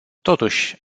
totuși